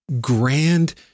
grand